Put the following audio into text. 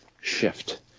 shift